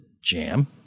Jam